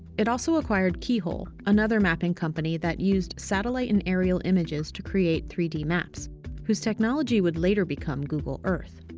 it also acquired keyhole, another mapping company that used satellite and aerial images to create three d maps whose technology would later become google earth.